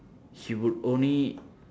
he would only